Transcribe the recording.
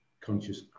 conscious